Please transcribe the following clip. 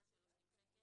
נמחק.